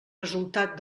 resultat